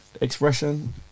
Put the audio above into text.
expression